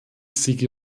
sie